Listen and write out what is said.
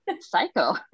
psycho